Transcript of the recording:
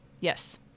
Yes